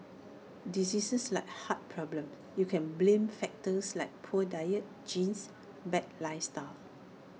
diseases like heart problems you can blame factors like poor diet genes bad lifestyle